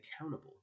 accountable